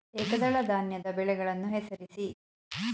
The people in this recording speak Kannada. ಏಕದಳ ಧಾನ್ಯದ ಬೆಳೆಗಳನ್ನು ಹೆಸರಿಸಿ?